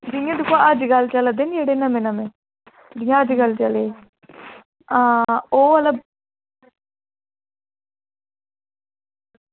इं'या दिक्खो आं अजकल्ल चला दे निं जेह्ड़े नमें नमें जियां अजकल्ल चले आं ओह् आह्ला